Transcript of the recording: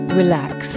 relax